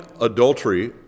adultery